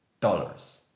dollars